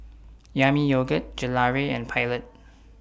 Yami Yogurt Gelare and Pilot